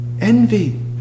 Envy